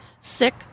sick